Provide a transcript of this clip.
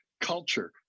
culture